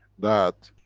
that